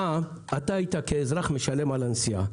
פעם אתה היית כאזרח משלם על הנסיעה,